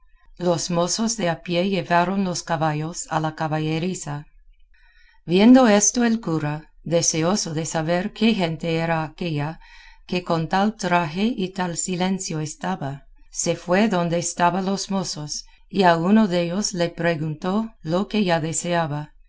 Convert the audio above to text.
los mozos de a pie llevaron los caballos a la caballeriza viendo esto el cura deseoso de saber qué gente era aquella que con tal traje y tal silencio estaba se fue donde estaban los mozos y a uno dellos le preguntó lo que ya deseaba